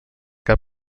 cap